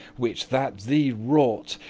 which that thee wrought,